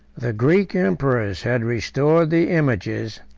the greek emperors had restored the images,